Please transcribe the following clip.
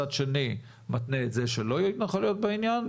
מצד שני מתנה את זה שלא יהיו התנחלויות בעניין,